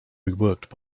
reworked